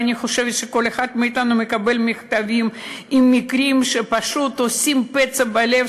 ואני חושבת שכל אחד מאתנו מקבל מכתבים עם מקרים שפשוט עושים פצע בלב,